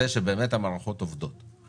כדי שנוודא שהמערכות עובדות,